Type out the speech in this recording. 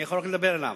אני יכול רק לדבר אליו.